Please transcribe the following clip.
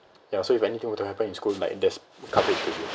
ya so if anything were to happen in school like there's coverage already